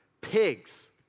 pigs